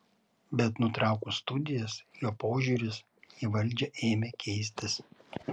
bet nutraukus studijas jo požiūris į valdžią ėmė keistis